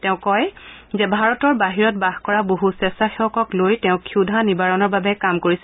তেওঁ কয় যে ভাৰতৰ বাহিৰত বাস কৰা বহু স্কেছাসেৱকক লৈ তেওঁ ক্ষুধা নিবাৰণৰ বাবে কাম কৰিছিল